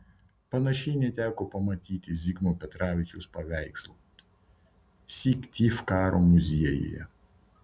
panašiai neteko pamatyti zigmo petravičiaus paveikslų syktyvkaro muziejuje